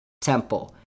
Temple